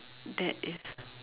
that is